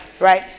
right